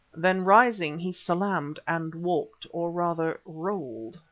then rising, he salaamed and walked, or rather rolled,